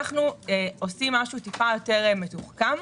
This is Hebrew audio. אנחנו עושים משהו קצת יותר מתוחכם.